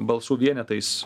balsų vienetais